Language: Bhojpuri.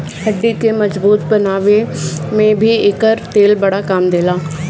हड्डी के मजबूत बनावे में भी एकर तेल बड़ा काम देला